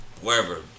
Wherever